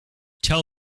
tell